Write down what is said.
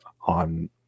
on